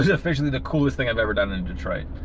ah officially the coolest thing i've ever done in detroit!